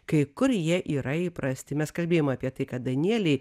kai kur jie yra įprasti mes kalbėjom apie tai kad danieliai